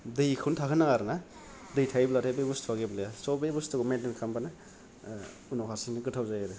दैखौनो थाहोनो नाङा आरोना दै थायोब्लाथाय बे बुसथुआ गेब्लेआ स' बे बुसथुखौ मेइनटेइन खालामबानो उनाव हारसिङैनो गोथाव जायो आरो